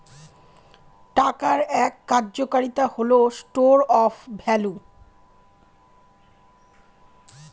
টাকার এক কার্যকারিতা হল স্টোর অফ ভ্যালু